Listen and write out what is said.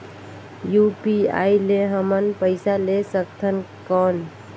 UPI ले हमन पइसा ले सकथन कौन?